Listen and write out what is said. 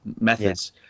methods